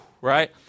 right